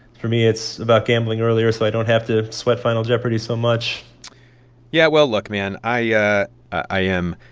for me, it's about gambling earlier so i don't have to sweat final jeopardy so much yeah. well, look, man i yeah i am,